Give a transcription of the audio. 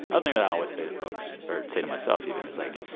other things that i always say to folks or say to myself, even is like,